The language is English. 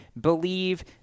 believe